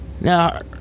now